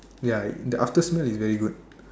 ya the after smell is very good